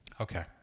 Okay